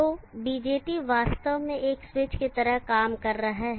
तो BJT वास्तव में एक स्विच की तरह काम कर रहा है